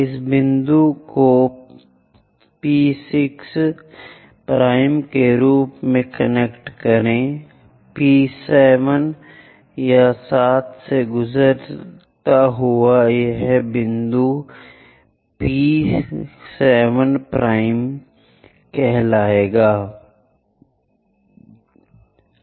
इस बिंदु को P6 के रूप में कनेक्ट करें P7 यह 7 से होकर गुजरता है यह इस बिंदु को इस P7 और P8 को कॉल करता है